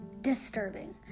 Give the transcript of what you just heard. disturbing